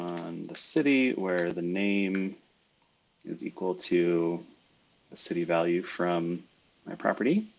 the city where the name is equal to the city value from my property.